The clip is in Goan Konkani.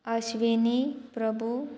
अश्विनी प्रभू